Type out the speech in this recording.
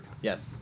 Yes